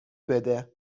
بده